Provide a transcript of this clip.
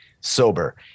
sober